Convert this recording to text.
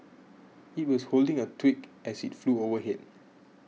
it was holding a twig as it flew overhead